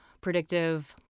predictive